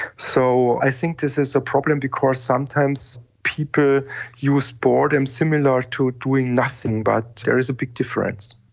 so i think this is a problem, because sometimes people use boredom similar to doing nothing, but there is a big difference.